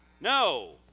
No